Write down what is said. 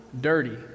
dirty